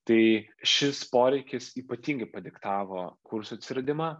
tai šis poreikis ypatingai padiktavo kursų atsiradimą